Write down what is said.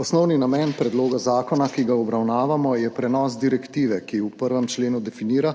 Osnovni namen predloga zakona, ki ga obravnavamo, je prenos direktive, ki v 1. členu definira,